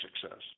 success